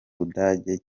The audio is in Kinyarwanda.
budage